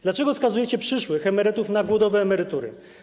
Dlaczego skazujecie przyszłych emerytów na głodowe emerytury?